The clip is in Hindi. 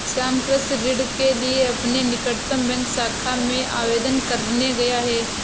श्याम कृषि ऋण के लिए अपने निकटतम बैंक शाखा में आवेदन करने गया है